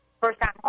first-time